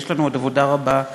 כי יש לנו עוד עבודה רבה לעשות.